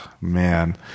man